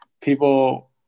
people